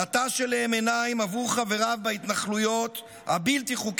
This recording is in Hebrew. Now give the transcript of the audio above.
לטש אליהם עיניים עבור חבריו בהתנחלויות הבלתי-חוקיות.